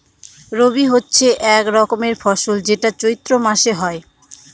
রবি হচ্ছে এক রকমের ফসল যেটা চৈত্র মাসে হয়